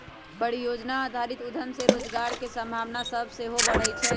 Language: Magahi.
परिजोजना आधारित उद्यम से रोजगार के संभावना सभ सेहो बढ़इ छइ